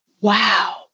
Wow